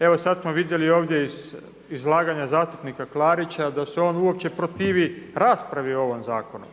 Evo sada smo vidjeli ovdje iz izlaganja zastupnika Klarića da se on uopće protivi raspravi o ovom zakonu,